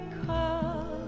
call